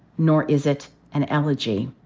nor is it an elegy.